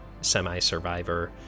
semi-survivor